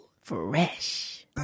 Fresh